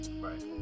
right